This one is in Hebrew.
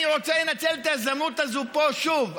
אני רוצה לנצל את ההזדמנות הזאת פה שוב,